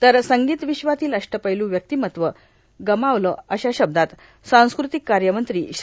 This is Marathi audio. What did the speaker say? तर संगीत विश्वातील अष्टपैलू व्यक्तिमत्व गमावलं अशा शब्दात सांस्कृतिक कार्यमंत्री श्री